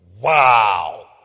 Wow